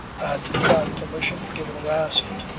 and without permission, given or asked,